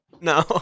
No